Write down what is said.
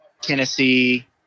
Tennessee